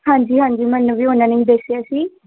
ਹਾਂਜੀ ਹਾਂਜੀ ਮੈਨੂੰ ਵੀ ਉਹਨਾਂ ਨੇ ਹੀ ਦੱਸਿਆ ਸੀ